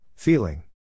Feeling